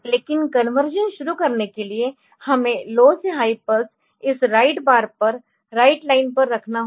लेकिन कन्वर्शन शुरू करने के लिए हमें लो से हाई पल्स इस राइट बार पर राइट लाइन पर रखना होगा